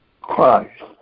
Christ